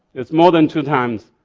it's more than two times